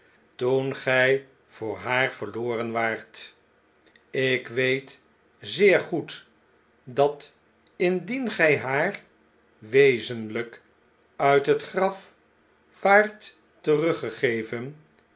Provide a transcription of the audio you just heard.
toen gjj voor haar verloren waart ik weet zeer goed dat indien gjj haar wezenljjk uit het graf waart teruggeven